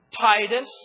Titus